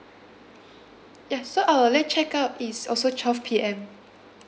yes so our late check out is also twelve P_M